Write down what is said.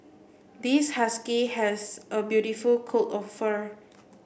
this husky has a beautiful coat of fur